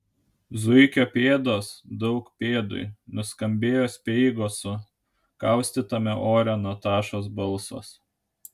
zuikio pėdos daug pėdui nuskambėjo speigo su kaustytame ore natašos balsas